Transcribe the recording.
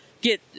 get